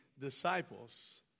disciples